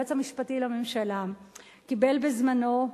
היועץ המשפטי לממשלה קיבל בזמנו,